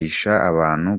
gusoma